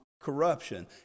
Corruption